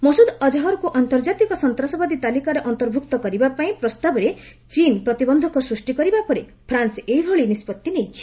ମସୁଦ ଅଜହରକୁ ଆର୍ଡ୍ଡଜାତିକ ସନ୍ତାସବାଦୀ ତାଲିକାରେ ଅନ୍ତର୍ଭୁକ୍ତ କରିବା ପାଇଁ ପ୍ରସ୍ତାବରେ ଚୀନ ପ୍ରତିବନ୍ଧକ ସୃଷ୍ଟି କରିବା ପରେ ଫ୍ରାନ୍ସ ଏଭଳି ନିଷ୍କଭି ନେଇଛି